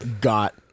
got